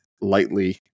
lightly